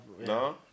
No